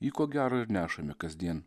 jį ko gero ir nešami kasdien